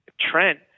Trent